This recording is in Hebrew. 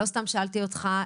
לא סתם שאלתי אותך,